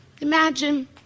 Imagine